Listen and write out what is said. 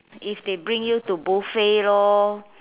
if they bring you to buffet lor